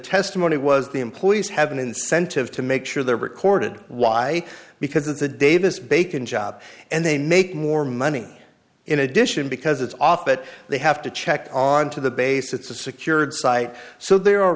testimony was the employees have an incentive to make sure they are recorded why because of the davis bacon job and they make more money in addition because it's off but they have to check on to the base it's a secured site so there are